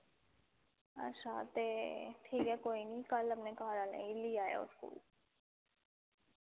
अच्छा ते ठीक ऐ कोई निं कल्ल अपने घर आह्लें गी ली आयो स्कूल